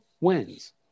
wins